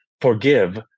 forgive